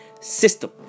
system